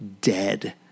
dead